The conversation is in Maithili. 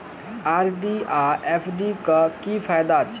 आर.डी आ एफ.डी क की फायदा छै?